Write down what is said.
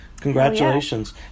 Congratulations